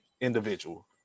individual